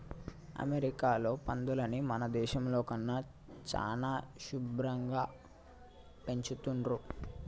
అమెరికాలో పందులని మన దేశంలో కన్నా చానా శుభ్భరంగా పెంచుతున్రు